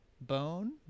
Bone